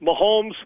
Mahomes